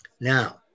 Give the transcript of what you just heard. Now